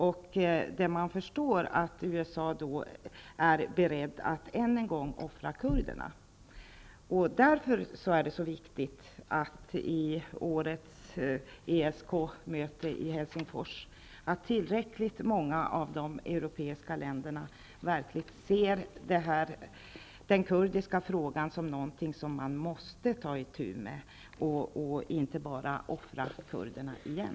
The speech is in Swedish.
Och man förstår att USA är berett att än en gång offra kurderna. Därför är det så viktigt att tillräckligt många av de europeiska länderna vid årets ESK-möte i Helsingfors verkligen ser den kurdiska frågan som något som man måste ta itu med, så att man inte offrar kurderna igen.